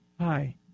Hi